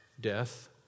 death